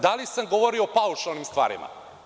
Da li sam govorio o paušalnim stvarima?